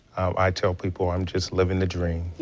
i tell people i'm just living the dream.